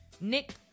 Nick